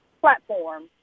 platform